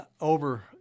over